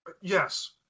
Yes